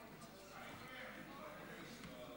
לפרוטוקול.